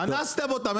אנסתם אותם.